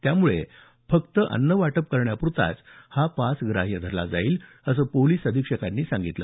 त्यामुळे फक्त अन्न वाटप करण्यापुरताच हा पास ग्राह्य धरला जाईल असं पोलिस अधिक्षकांनी सांगितलं